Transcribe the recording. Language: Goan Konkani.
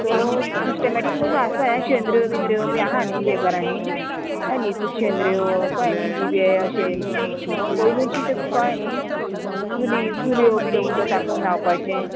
सो सिस्टमॅटीक म्हुणून आसपा जाय शेंद्र्यो बिंद्रो बी आहा न्ही ते घरांनी हय न्हिदपी शेंद्रो कळ्ळें न्ही दिवे अशें पयलुची तें कळ्ळें न्ही चुली चुलयो बी तें उदक तापोवन न्हांवपाचें